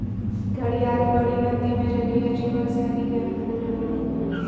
घड़ियाल बड़ी नदि में जलीय जीवन शैली के अनुकूल होबो हइ